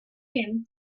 him